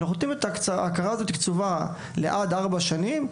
ההכרה הזו קצובה עד לארבע שנים,